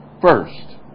first